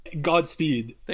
Godspeed